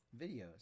videos